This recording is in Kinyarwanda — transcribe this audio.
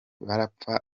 barapfa